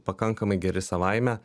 pakankamai geri savaime